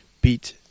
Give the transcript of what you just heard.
beat